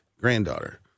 granddaughter